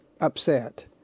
upset